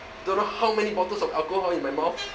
don't know how many bottles of alcohol in my mouth